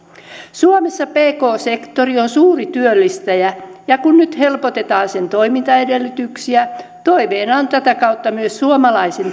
suomessa pk sektori on suuri työllistäjä ja kun nyt helpotetaan sen toimintaedellytyksiä toiveena on tätä kautta myös suomalaisen